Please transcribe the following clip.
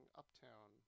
uptown